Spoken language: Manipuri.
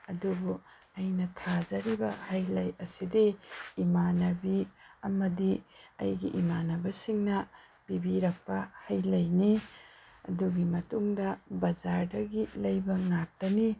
ꯑꯗꯨꯕꯨ ꯑꯩꯅ ꯊꯥꯖꯔꯤꯕ ꯍꯩ ꯂꯩ ꯑꯁꯤꯗꯤ ꯏꯃꯥꯟꯅꯕꯤ ꯑꯃꯗꯤ ꯑꯩꯒꯤ ꯏꯃꯥꯟꯅꯕꯁꯤꯡꯅ ꯄꯤꯕꯤꯔꯛꯄ ꯍꯩ ꯂꯩꯅꯤ ꯑꯗꯨꯒꯤ ꯃꯇꯨꯡꯗ ꯕꯖꯥꯔꯗꯒꯤ ꯂꯩꯕ ꯉꯥꯛꯇꯅꯤ